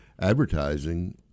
advertising